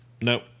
Nope